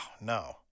no